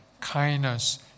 kindness